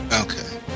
Okay